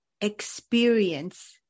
experience